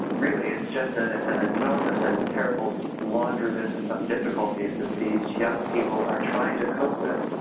really it's just ah an enormous and terrible laundry list of difficulties that these young people are trying to cope with.